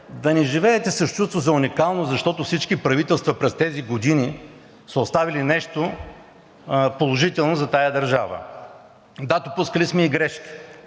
да не живеете с чувство за уникалност, защото всички правителства през тези години са оставили нещо положително за тази държава. Да, допускали сме и грешки,